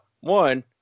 One